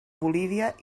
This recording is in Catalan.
bolívia